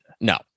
No